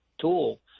tool